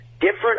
different